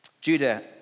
Judah